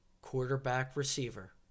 quarterback-receiver